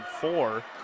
four